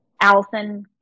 allison